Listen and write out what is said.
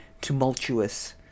tumultuous